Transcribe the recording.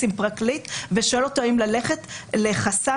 עם פרקליט ושואל אותו האם ללכת לחסם,